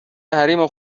حریم